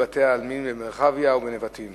במרחק מאות מטרים